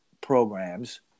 programs